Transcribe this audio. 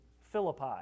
Philippi